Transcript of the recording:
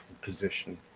position